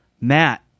Matt